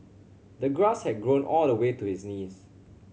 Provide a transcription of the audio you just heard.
the grass had grown all the way to his knees